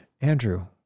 Andrew